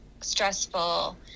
stressful